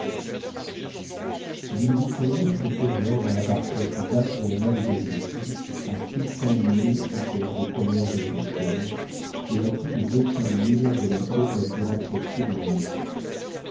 l'île victoria flottait alors dans la partie la plus vaste de la mer de behring à six cents milles encore des premières aléoutiennes et à plus de deux cents milles de la côte la plus rapprochée dans l'est